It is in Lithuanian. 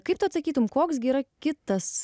kaip tu atsakytum koks gi yra kitas